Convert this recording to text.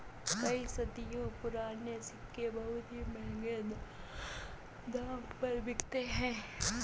कई सदियों पुराने सिक्के बहुत ही महंगे दाम पर बिकते है